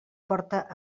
porta